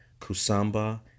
Kusamba